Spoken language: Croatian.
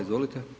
Izvolite.